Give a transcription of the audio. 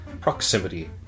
proximity